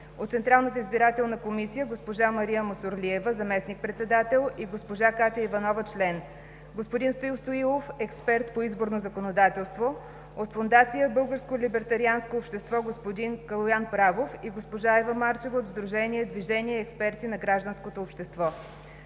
от Централната избирателна комисия – госпожа Мария Мусорлиева – заместник-председател, и госпожа Катя Иванова – член; господин Стоил Стоилов – експерт по изборно законодателство; от Фондация „Българско либертарианско общество” – господин Калоян Правов и госпожа Ева Марчева от сдружение „Движение експерти на гражданското общество”.